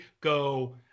go